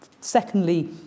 Secondly